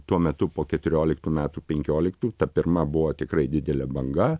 tuo metu po keturioliktų metų penkioliktų ta pirma buvo tikrai didelė banga